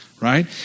Right